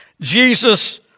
Jesus